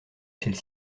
celle